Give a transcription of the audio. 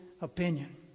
opinion